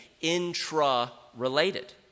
intra-related